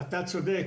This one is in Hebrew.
אתה צודק.